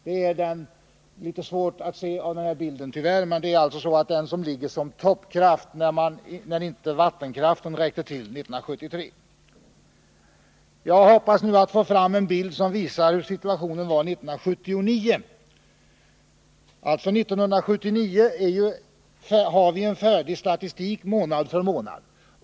Den ligger alltså som toppkraft 1973 när vattenkraften inte räckte till. Jag visar nu en annan bild, som visar hur situationen var 1979. Vi har en färdig statistik för 1979 månad för månad.